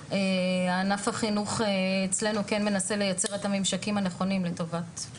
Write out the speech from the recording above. וענף החינוך אצלנו כן מנסה לייצר את הממשקים הנכונים לטובת העניין.